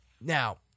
Now